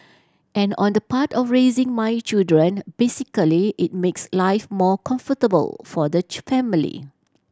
and on the part of raising my children basically it makes life more comfortable for the family